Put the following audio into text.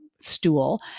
stool